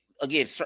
again